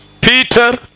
Peter